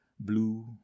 Blue